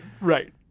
Right